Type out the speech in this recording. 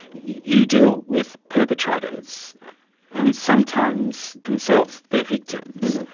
you deal with perpetrators and sometimes themselves, they're victims.